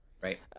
Right